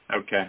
Okay